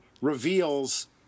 reveals